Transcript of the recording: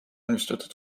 valmistatud